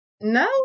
No